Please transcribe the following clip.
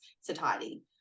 satiety